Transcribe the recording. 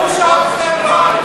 בושה וחרפה.